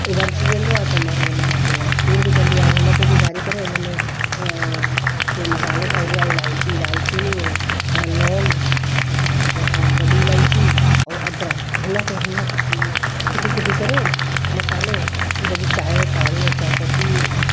उबल अची वेंदो आहे त मां हुनमें थोरो खीर विझंदी आहियां हुनखे बि उबारे करे हुनमें हीअ जो मसालो ठाहींदी आहियां इलायची दालि चीनी अ लौंग अ वॾी इलायची ऐं अदरक हिनखे हीअं कुटी कुटी करे मसालो जॾहिं चांहि ऐं पाणी चायपत्ती